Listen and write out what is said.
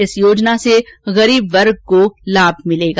इस योजना से गरीब वर्ग को लाभ होगा